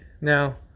Now